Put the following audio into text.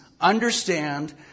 understand